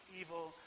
evil